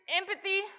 empathy